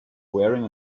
wearing